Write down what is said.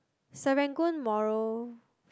Serangoon Moral